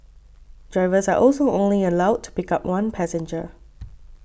drivers are also only allowed to pick up one passenger